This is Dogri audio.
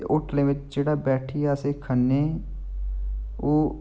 ते होटलें ते जेह्ड़ा बैठिये असें खन्ने ओह्